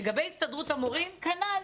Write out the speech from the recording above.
לגבי הסתדרות המורים כנ"ל.